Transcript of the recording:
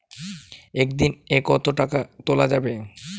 একদিন এ কতো টাকা তুলা যাবে?